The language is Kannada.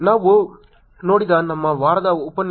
ನಾವು ನೋಡಿದ ನಮ್ಮ ವಾರದ ಉಪನ್ಯಾಸದ 5